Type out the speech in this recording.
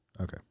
Okay